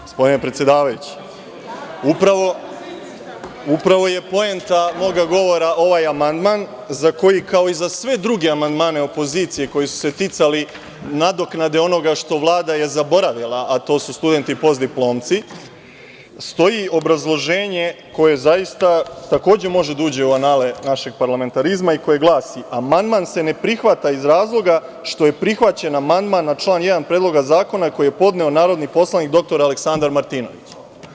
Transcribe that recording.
Gospodine predsedavajući, upravo je poenta mog govora ovaj amandman, za koji kao i za sve druge amandmane opozicije koji su se ticali nadoknade onoga što je Vlada zaboravila, a to su studenti postdiplomci, stoji obrazloženje koje takođe može da uđe u anale našeg parlamentarizma i koje glasi – amandman se ne prihvata iz razloga što je prihvaćen amandman na član 1. predloga zakona koji je podneo narodni poslanik dr Aleksandar Martinović.